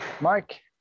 mike